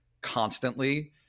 constantly